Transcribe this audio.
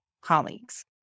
colleagues